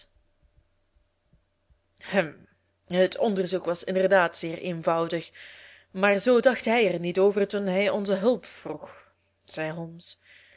hum het onderzoek was inderdaad zeer eenvoudig maar zoo dacht hij er niet over toen hij onze hulp vroeg zei